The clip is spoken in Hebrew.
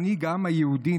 מנהיג העם היהודי,